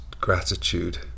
gratitude